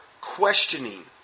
questioning